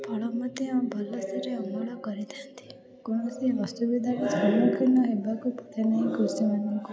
ଫଳ ମଧ୍ୟ ଭଲସେରେ ଅମଳ କରିଥାନ୍ତି କୌଣସି ଅସୁବିଧାର ସମ୍ମୁଖିନ ହେବାକୁ ପଡ଼େନାହିଁ କୃଷିମାନଙ୍କୁ